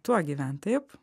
tuo gyvent taip